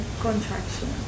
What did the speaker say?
contraction